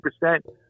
percent